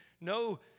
no